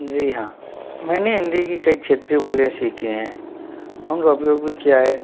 जी हाँ मैंने हिंदी की कई क्षेत्रीय बोलियां सीखी हैं उनका उपयोग भी किया है